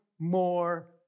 more